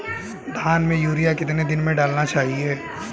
धान में यूरिया कितने दिन में डालना चाहिए?